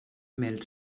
mel